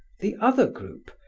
the other group,